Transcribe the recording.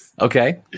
okay